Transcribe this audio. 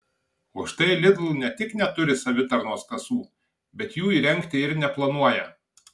o štai lidl ne tik neturi savitarnos kasų bet jų įrengti ir neplanuoja